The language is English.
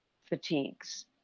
fatigues